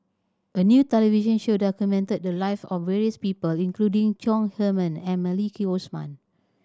a new television show documented the live of various people including Chong Heman and Maliki Osman